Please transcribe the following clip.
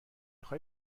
خوای